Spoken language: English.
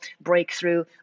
breakthrough